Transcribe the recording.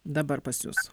dabar pas jus